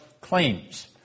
claims